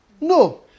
No